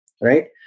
Right